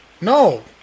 No